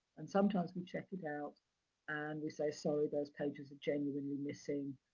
and sometimes, we check it out and we say, sorry, those pages are genuinely missing.